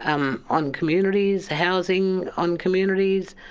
um on communities. housing on communities.